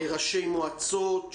ראשי מועצות,